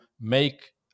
make